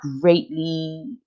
greatly